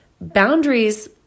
boundaries